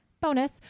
bonus